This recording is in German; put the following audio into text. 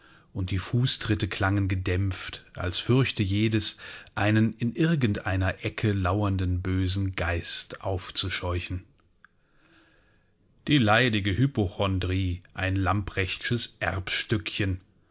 und die fußtritte klangen gedämpft als fürchte jedes einen in irgend einer ecke lauernden bösen geist aufzuscheuchen die leidige hypochondrie ein